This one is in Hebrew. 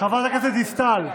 חברת הכנסת דיסטל,